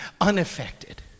unaffected